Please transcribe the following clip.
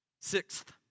Sixth